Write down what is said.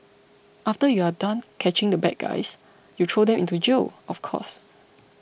after you are done catching the bad guys you throw them into jail of course